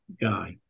guy